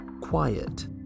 Quiet